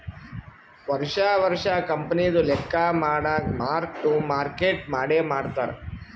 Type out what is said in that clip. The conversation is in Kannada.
ವರ್ಷಾ ವರ್ಷಾ ಕಂಪನಿದು ಲೆಕ್ಕಾ ಮಾಡಾಗ್ ಮಾರ್ಕ್ ಟು ಮಾರ್ಕೇಟ್ ಮಾಡೆ ಮಾಡ್ತಾರ್